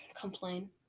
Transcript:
complain